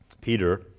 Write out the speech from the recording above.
Peter